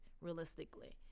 realistically